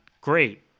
great